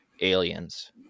aliens